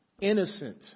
innocent